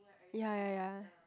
ya ya ya